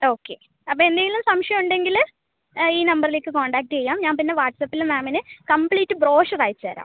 okay അപ്പോൾ എന്തേലും സംശയം ഉണ്ടെങ്കിൽ ഈ നമ്പറിലേക്ക് കോൺടാക്ട് ചെയ്യാം ഞാൻ പിന്നെ വാട്ട്സ്ആപ്പിൽ മാമിന് കംപ്ലീറ്റ് ബ്രോഷർ അയച്ചുതരാം